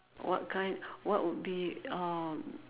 what kind what would be um